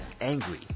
angry